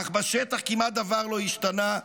אך בשטח כמעט דבר לא השתנה,